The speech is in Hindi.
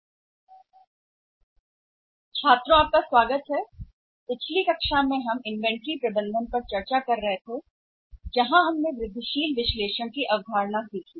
पिछली कक्षा के छात्रों का स्वागत करें जहां हम इन्वेंट्री प्रबंधन पर चर्चा कर रहे थे हमने वृद्धिशील विश्लेषण की अवधारणा सीखी